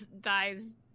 dies